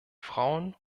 frauen